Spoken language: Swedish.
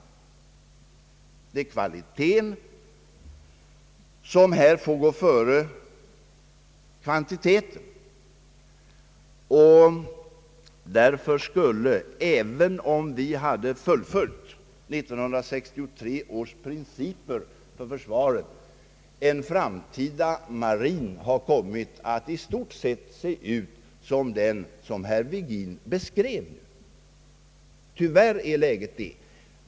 Det är kvaliteten som här får gå före kvantiteten. Därför skulle, även om vi hade fullföljt 1963 års principer för försvaret, en framtida marin ha kommit att i stort sett se ut som den som herr Virgin beskrev. Tyvärr är läget sådant.